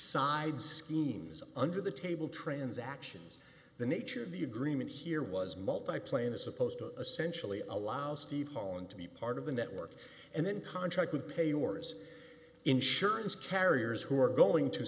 side schemes under the table transactions the nature of the agreement here was multi plane is supposed to essentially allow steve holland to be part of the network and then contract with pay yours insurance carriers who are going to